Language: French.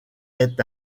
est